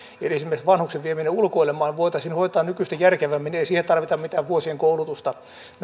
eli esimerkiksi vanhuksen vieminen ulkoilemaan voitaisiin hoitaa nykyistä järkevämmin ei siihen tarvita mitään vuosien koulutusta nämä